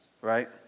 right